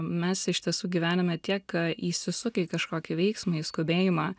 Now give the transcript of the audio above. mes iš tiesų gyvenime tiek įsisukę į kažkokį veiksmą į skubėjimą